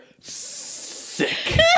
sick